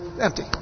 Empty